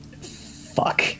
Fuck